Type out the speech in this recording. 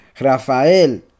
Rafael